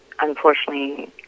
unfortunately